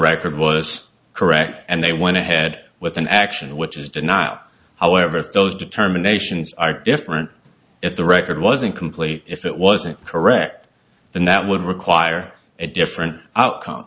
record was correct and they went ahead with an action which is denial however if those determinations are different if the record was incomplete if it wasn't correct then that would require a different outcome